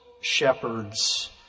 shepherds